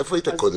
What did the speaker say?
איפה היית קודם?